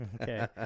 Okay